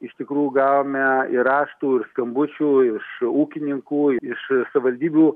iš tikrų gavome ir raštų ir skambučių iš ūkininkų iš savivaldybių